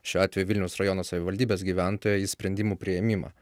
šiuo atveju vilniaus rajono savivaldybės gyventoją į sprendimų priėmimą